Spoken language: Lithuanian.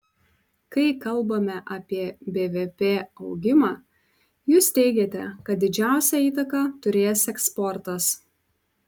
kai kalbame apie bvp augimą jūs teigiate kad didžiausią įtaką turės eksportas